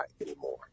anymore